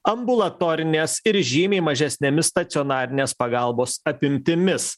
ambulatorinės ir žymiai mažesnėmis stacionarinės pagalbos apimtimis